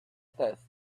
test